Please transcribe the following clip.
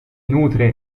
nutre